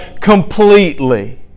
completely